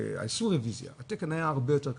עשו רביזיה, התקן היה הרבה יותר קשה,